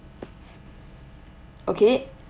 okay